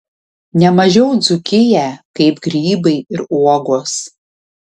ne mažiau dzūkiją kaip grybai ir uogos